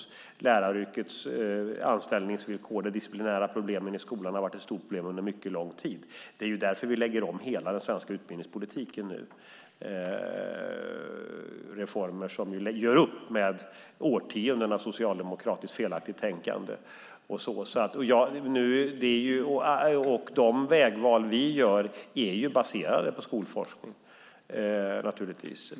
Det handlar om läraryrkets anställningsvillkor. De disciplinära problemen i skolan har varit ett stort problem under en mycket lång tid. Det är därför vi nu lägger om hela den svenska utbildningspolitiken. Det är reformer som gör upp med årtionden av socialdemokratiskt felaktigt tänkande. De vägval vi gör är naturligtvis baserade på skolforskning.